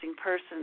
person